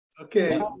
Okay